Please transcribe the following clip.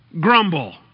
grumble